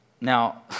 now